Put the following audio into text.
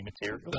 material